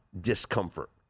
discomfort